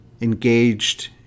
engaged